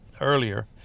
earlier